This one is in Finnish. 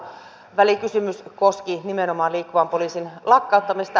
välikysymys koski nimenomaan liikkuvan poliisin lakkauttamista